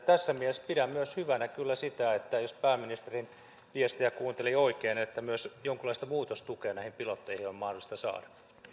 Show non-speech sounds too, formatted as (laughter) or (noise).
(unintelligible) tässä mielessä pidän myös hyvänä kyllä sitä että jos pääministerin viestiä kuuntelin oikein myös jonkunlaista muutostukea näihin pilotteihin on mahdollista saada